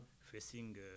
facing